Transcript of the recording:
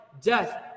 death